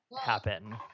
happen